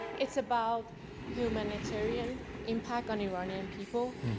it's about humanitarian impact on iranian people.